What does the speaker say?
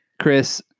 Chris